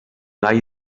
gall